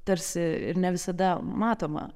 tarsi ir ne visada matoma